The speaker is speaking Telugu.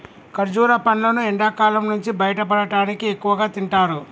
ఖర్జుర పండ్లును ఎండకాలం నుంచి బయటపడటానికి ఎక్కువగా తింటారు